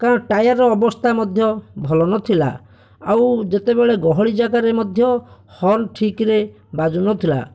କାରଣ ଟାୟାରର ଅବସ୍ଥା ମଧ୍ୟ ଭଲ ନଥିଲା ଆଉ ଯେତେବେଳେ ଗହଳି ଜାଗାରେ ମଧ୍ୟ ହର୍ନ ଠିକରେ ବାଜୁନଥିଲା